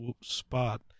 spot